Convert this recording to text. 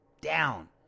down